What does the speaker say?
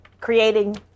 Creating